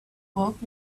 bulk